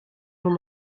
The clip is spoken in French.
l’on